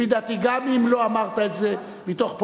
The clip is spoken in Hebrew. לפי דעתי, גם אם לא אמרת את זה מתוך פוליטיקה,